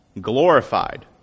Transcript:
Glorified